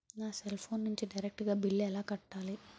నా cell phone నుంచి direct గా బిల్లు ఎలా కట్టాలి?